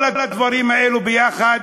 כל הדברים האלה יחד